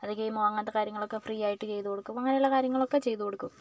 അത് കീമോ അങ്ങനത്തെ കാര്യങ്ങളൊക്കെ ഫ്രീ ആയിട്ട് ചെയ്തു കൊടുക്കും അങ്ങനെയുള്ള കാര്യങ്ങളൊക്കെ ചെയ്തു കൊടുക്കും